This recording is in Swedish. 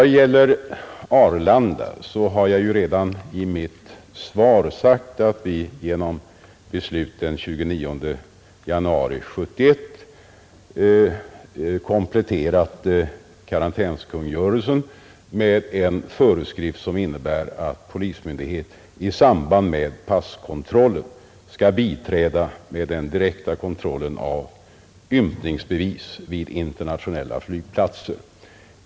I fråga om Arlanda har jag redan i mitt svar sagt, att vi genom beslut den 29 januari 1971 kompletterat karantänskungörelsen med en föreskrift som innebär att polismyndighet i samband med passkontrollen skall biträda med den direkta kontrollen av ympningsbevis vid internationella flygplatser.